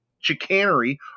chicanery